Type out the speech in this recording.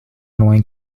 loin